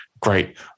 great